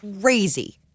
crazy